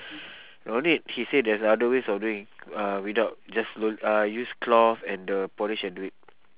no need he say there's other ways of doing uh without just learn ah use cloth and the polish and do it